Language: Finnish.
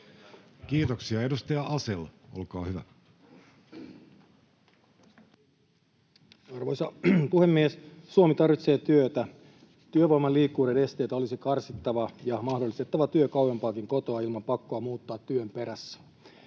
Mikkonen sd) Time: 16:05 Content: Arvoisa puhemies! Suomi tarvitsee työtä. Työvoiman liikkuvuuden esteitä olisi karsittava ja mahdollistettava työ kauempaakin kotoa ilman pakkoa muuttaa työn perässä.